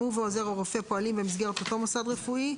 אלו הם שני סוגי פיקוח.